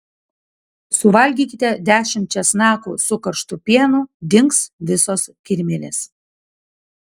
suvalgykite dešimt česnakų su karštu pienu dings visos kirmėlės